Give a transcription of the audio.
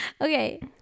Okay